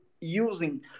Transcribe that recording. using